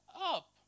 up